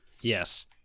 Yes